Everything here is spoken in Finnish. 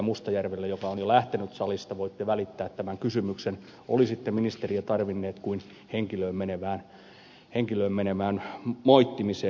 mustajärvelle joka on jo lähtenyt salista voitte välittää tämän kysymyksen mihin muuhun te olisitte ministeriä tarvinneet kuin henkilöön menevään moittimiseen